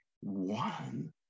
one